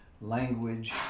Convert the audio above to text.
language